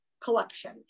collection